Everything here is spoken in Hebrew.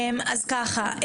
אז ככה,